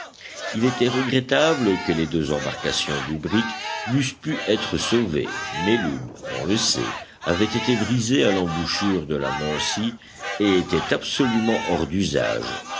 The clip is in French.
il était regrettable que les deux embarcations du brick n'eussent pu être sauvées mais l'une on le sait avait été brisée à l'embouchure de la mercy et était absolument hors d'usage